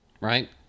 right